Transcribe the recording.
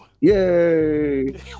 Yay